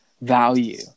value